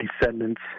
descendants